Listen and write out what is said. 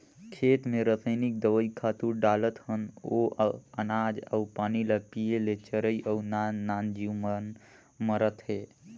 खेत मे रसइनिक दवई, खातू डालत हन ओ अनाज अउ पानी ल पिये ले चरई अउ नान नान जीव मन मरत हे